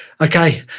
okay